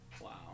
wow